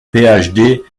phd